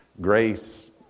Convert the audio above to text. Grace